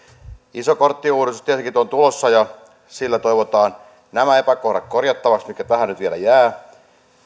iso korttiuudistus tietenkin on tulossa ja sillä toivotaan nämä epäkohdat korjattaviksi mitkä tähän nyt vielä jäävät